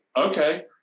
okay